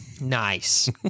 Nice